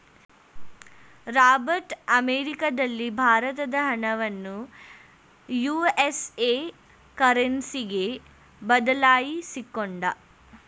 Robert ಅಮೆರಿಕದಲ್ಲಿ ಭಾರತದ ಹಣವನ್ನು ಯು.ಎಸ್.ಎ ಕರೆನ್ಸಿಗೆ ಬದಲಾಯಿಸಿಕೊಂಡ